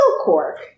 cork